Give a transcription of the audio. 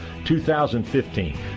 2015